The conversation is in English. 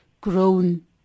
grown